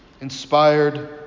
inspired